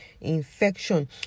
infection